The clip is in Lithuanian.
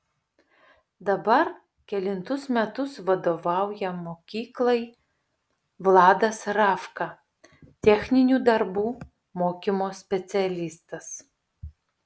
dabar kelintus metus vadovauja mokyklai vladas ravka techninių darbų mokymo specialistas